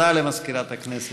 הודעה למזכירת הכנסת.